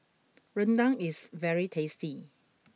Rendang is very tasty